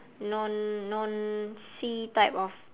non non sea type of